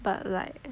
but like